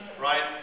Right